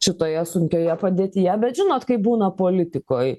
šitoje sunkioje padėtyje bet žinot kaip būna politikoj